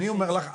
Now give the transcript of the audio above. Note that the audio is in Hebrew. אני אומר לך,